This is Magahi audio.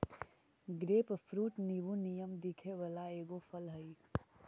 ग्रेपफ्रूट नींबू नियन दिखे वला एगो फल हई